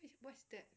what's that